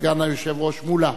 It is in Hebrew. סגן היושב-ראש מולה,